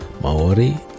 Maori